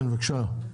בבקשה.